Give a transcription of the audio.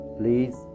please